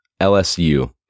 LSU